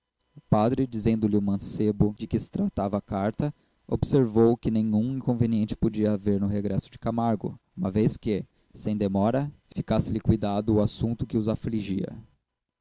o padre dizendo-lhe o mancebo de que tratava a carta observou que nenhum inconveniente podia haver no regresso de camargo uma vez que sem demora ficasse liquidado o assunto que os afligia